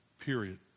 period